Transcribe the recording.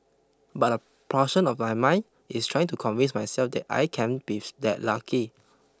but a portion of my mind is trying to convince myself that I can't be that lucky